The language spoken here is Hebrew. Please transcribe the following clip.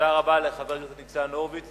תודה רבה לחבר הכנסת ניצן הורוביץ.